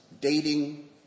dating